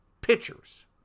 pitchers